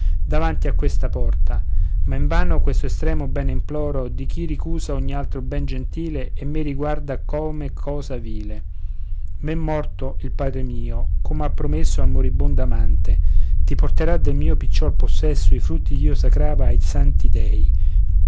davanti a questa porta ma invano questo estremo bene imploro da chi ricusa ogni altro ben gentile e me riguarda come cosa vile me morto il padre mio com'ha promesso al moribondo amante ti porterà del mio picciol possesso i frutti ch'io sacrava ai santi dèi